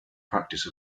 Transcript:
practice